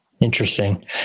Interesting